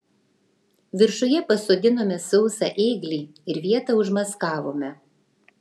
viršuje pasodinome sausą ėglį ir vietą užmaskavome